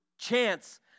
chance